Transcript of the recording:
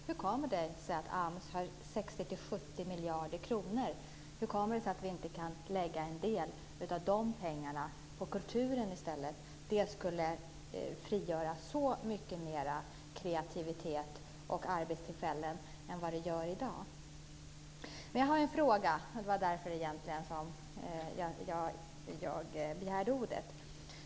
Hur kommer det sig att AMS har 60-70 miljarder kronor, och hur kommer det sig att vi inte kan lägga en del av de pengarna på kulturen i stället? Det skulle frigöra så mycket mer kreativitet och så många fler arbetstillfällen än vad som finns i dag. Jag har en fråga - det var egentligen därför jag begärde replik.